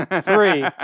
Three